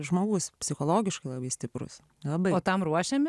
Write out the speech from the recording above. žmogus psichologiškai labai stiprus labai o tam ruošėmės